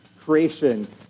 creation